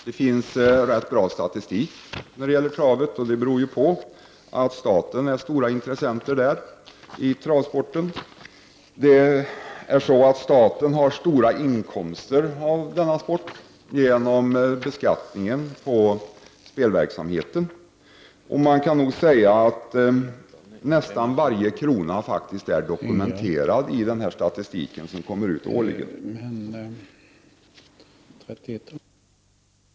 Det finns rätt bra statistik när det gäller trav — det beror på att staten är en stor intressent i travsporten. Staten har stora inkomster av denna sport genom beskattningen av spelverksamheten. Man kan nog säga att nästan varje krona är dokumenterad i den statistik som årligen kommer ut.